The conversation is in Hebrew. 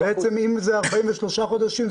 אם אלה 43 חודשים,